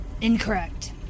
Incorrect